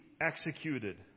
executed